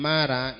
Mara